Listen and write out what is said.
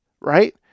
right